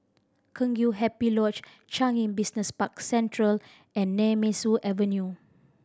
Kheng Chiu Happy Lodge Changi Business Park Central and Nemesu Avenue